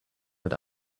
mit